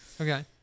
okay